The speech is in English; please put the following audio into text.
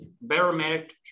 barometric